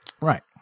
Right